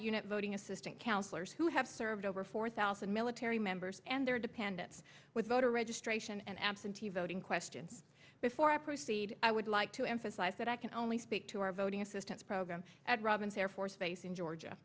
unit voting assisting councillors who have served over four thousand military members and their dependents with voter registration and absentee voting question before i proceed i would like to emphasize that i can only speak to our voting assistance program at robins air force base in georgia